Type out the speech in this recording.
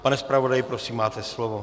Pane zpravodaji, prosím, máte slovo.